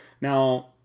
Now